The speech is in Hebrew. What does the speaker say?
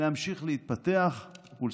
להמשיך ולשגשג.